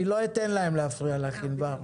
אני לא אתן להם להפריע לך, ענבר.